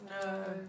No